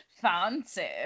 fancy